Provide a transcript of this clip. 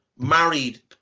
married